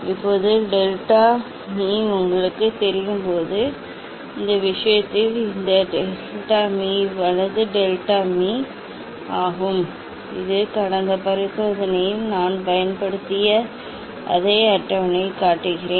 இப்போது டெல்டா மீ உங்களுக்குத் தெரியும் இப்போது இந்த விஷயத்தில் இது டெல்டா மீ வலது டெல்டா மீ ஆகும் இது கடந்த பரிசோதனையில் நான் பயன்படுத்திய அதே அட்டவணையைக் காட்டுகிறேன்